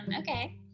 okay